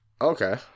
okay